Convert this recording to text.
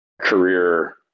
career